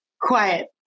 quiet